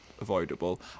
avoidable